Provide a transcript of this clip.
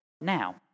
Now